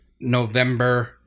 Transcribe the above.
November